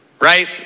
Right